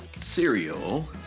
cereal